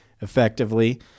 effectively